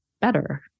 better